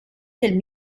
del